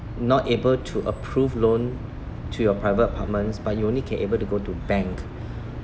not able to approve loan to your private apartments but you only can able to go to bank